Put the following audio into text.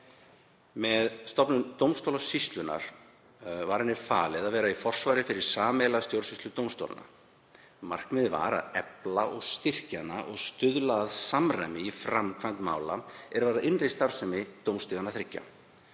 Með stofnun dómstólasýslunnar var henni falið að vera í fyrirsvari fyrir sameiginlega stjórnsýslu dómstólanna. Markmiðið var að efla og styrkja hana og stuðla að samræmi í framkvæmd mála er varða innri starfsemi dómstiganna þriggja.